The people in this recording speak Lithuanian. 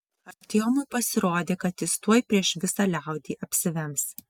artiomui pasirodė kad jis tuoj prieš visą liaudį apsivems